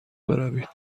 بروید